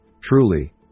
truly